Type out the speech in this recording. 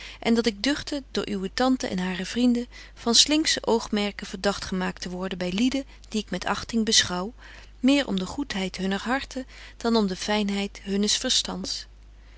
en dat ik duchte door uwe tante en hare vrienden van slinksche oogmerken verdagt gemaakt te worden by lieden die ik met achting beschouw meer om de goedheid hunner harten dan om de fynheid hunnes verstands